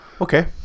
Okay